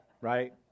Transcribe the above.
right